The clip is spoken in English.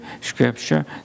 Scripture